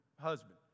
husband